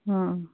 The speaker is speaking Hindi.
हाँ